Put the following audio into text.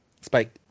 Spike